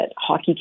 Hockey